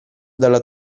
dalla